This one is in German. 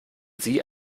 sie